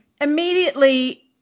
immediately